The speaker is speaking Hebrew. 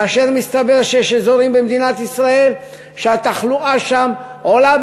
כאשר מסתבר שיש אזורים במדינת ישראל שהתחלואה שם עולה